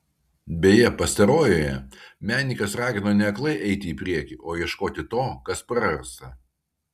beje pastarojoje menininkas ragino ne aklai eiti į priekį o ieškoti to kas prarasta